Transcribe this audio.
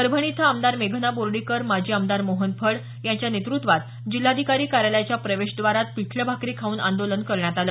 परभणी इथं आमदार मेघना बोर्डीकर माजी आमदार मोहन फड यांच्या नेतृत्वात जिल्हाधिकारी कार्यालयाच्या प्रवेशद्वारात पिठलं भाकरी खाऊन आंदोलन करण्यात आलं